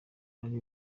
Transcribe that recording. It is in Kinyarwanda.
ari